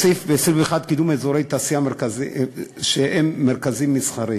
יש סעיף 21: קידום אזורי תעשייה שהם מרכזים מסחריים.